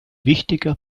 wichtiger